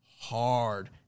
hard